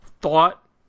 thought